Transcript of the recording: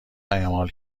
اعمال